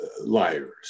liars